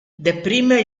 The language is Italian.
dapprima